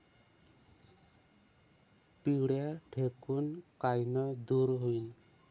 पिढ्या ढेकूण कायनं दूर होईन?